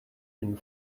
une